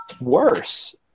worse